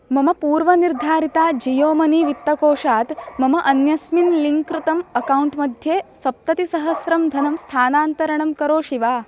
मम पूर्वनिर्धारितात् जीयो मनी वित्तकोषात् मम अन्यस्मिन् लिङ्क् कृतम् अक्कौण्ट् मध्ये सप्ततिसहस्रं धनं स्थानान्तरणं करोषि वा